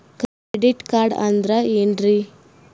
Credit card ಅಂದ್ರ ಏನ್ರೀ?